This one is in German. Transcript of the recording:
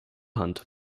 hand